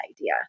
idea